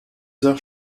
heures